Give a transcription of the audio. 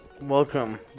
Welcome